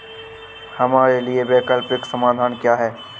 हमारे लिए वैकल्पिक समाधान क्या है?